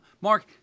Mark